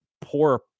poor